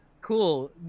Cool